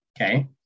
okay